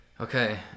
Okay